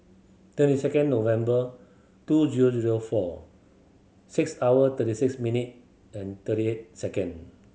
twenty second November two zero zero four six hour thirty six minute and thirty eight second